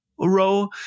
Row